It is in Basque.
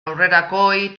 aurrerakoi